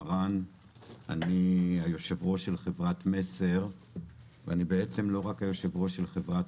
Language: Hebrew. אני יושב ראש חברת מסר ואני לא רק היושב ראש של חברת